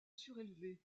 surélevé